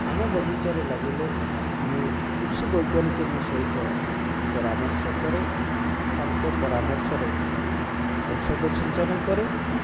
ଆମ ବଗିଚାରେ ଲାଗିଲେ ମୁଁ କୃଷି ବୈଜ୍ଞାନିକଙ୍କ ସହିତ ପରାମର୍ଶ କରେ ତାଙ୍କ ପରାମର୍ଶରେ ଔଷଧ ସିଞ୍ଚନ କରେ